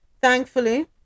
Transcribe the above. thankfully